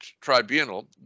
tribunal